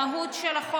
הסיבה היא המהות של חוק.